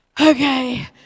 okay